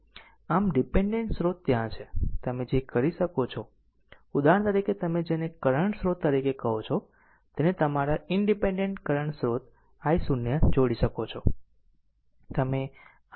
આમ ડીપેન્ડેન્ટ સ્રોત ત્યાં છે તમે જે કરી શકો છો ઉદાહરણ તરીકે તમે જેને કરંટ સ્ત્રોત તરીકે કહો છો તેને તમારા ઈનડીપેન્ડેન્ટ કરંટ સ્રોત i0 જોડી શકો છો